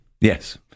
Yes